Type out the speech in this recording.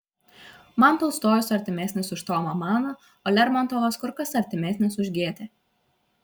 man tolstojus artimesnis už tomą maną o lermontovas kur kas artimesnis už gėtę